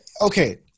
Okay